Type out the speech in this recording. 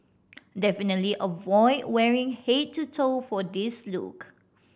definitely avoid wearing head to toe for this look